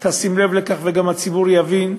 תשים לב לכך וגם הציבור יבין,